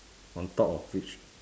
on top of which